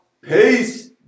Peace